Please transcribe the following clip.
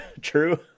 True